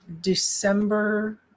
December